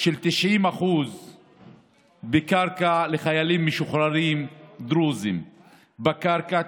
של 90% בקרקע לחיילים דרוזים משוחררים, בקרקע.